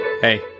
Hey